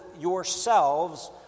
yourselves